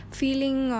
feeling